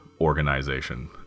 organization